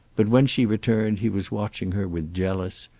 but when she returned he was watching her with jealous,